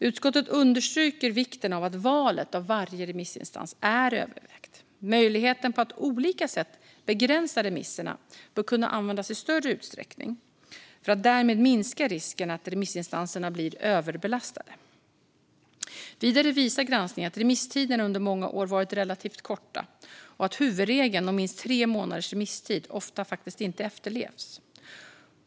Utskottet understryker vikten av att valet av varje remissinstans är övervägt. Möjligheten att på olika sätt begränsa remisserna bör kunna användas i större utsträckning för att därmed minska risken att remissinstanserna blir överbelastade. Vidare visar granskningen att remisstiderna under många år har varit relativt korta och att huvudregeln om minst tre månaders remisstid ofta faktiskt inte efterlevs.